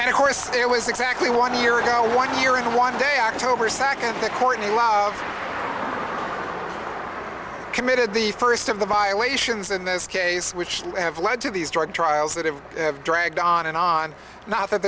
and of course it was exactly one year ago one year and one day october second that courtney love committed the first of the violations in this case which have led to these drug trials that have dragged on and on not that